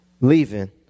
leaving